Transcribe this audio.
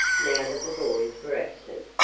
now that the boys were absent,